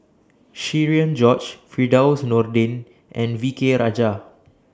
Cherian George Firdaus Nordin and V K Rajah